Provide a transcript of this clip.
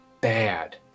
bad